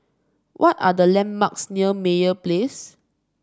what are the landmarks near Meyer Place